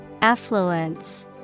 Affluence